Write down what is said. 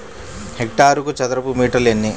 హెక్టారుకు చదరపు మీటర్లు ఎన్ని?